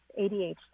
ADHD